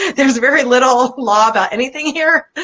there's a very little law about anything here.